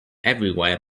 everywhere